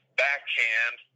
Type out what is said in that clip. backhand